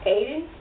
Aiden